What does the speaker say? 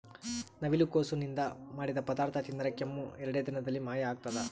ನವಿಲುಕೋಸು ನಿಂದ ಮಾಡಿದ ಪದಾರ್ಥ ತಿಂದರೆ ಕೆಮ್ಮು ಎರಡೇ ದಿನದಲ್ಲಿ ಮಾಯ ಆಗ್ತದ